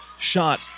shot